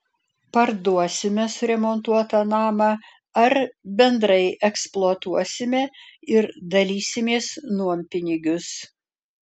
parduosime suremontuotą namą ar bendrai eksploatuosime ir dalysimės nuompinigius